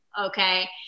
Okay